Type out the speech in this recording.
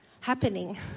happening